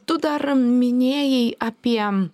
tu dar minėjai apie